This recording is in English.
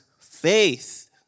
faith